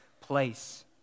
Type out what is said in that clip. place